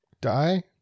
die